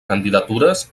candidatures